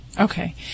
Okay